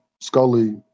Scully